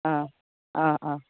आह अह अह